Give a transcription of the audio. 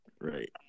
Right